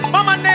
Mama